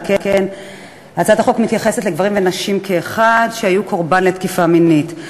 שכן הצעת החוק מתייחסת לגברים ונשים כאחד שהיו קורבן לתקיפה מינית.